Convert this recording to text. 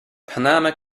panama